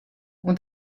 und